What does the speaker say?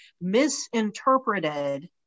misinterpreted